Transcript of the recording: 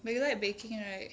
but you like baking right